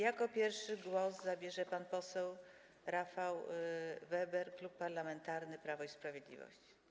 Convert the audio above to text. Jako pierwszy głos zabierze pan poseł Rafał Weber, Klub Parlamentarny Prawo i Sprawiedliwość.